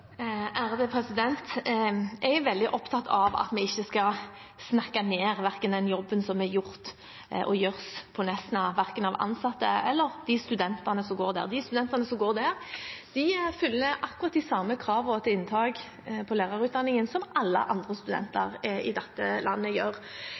Jeg er veldig opptatt av at vi ikke skal snakke ned verken den jobben som er gjort og gjøres på Nesna, eller de ansatte og studentene der. De studentene som går der, fyller akkurat de samme kravene til inntak på lærerutdanningen som alle andre studenter